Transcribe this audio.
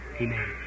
Amen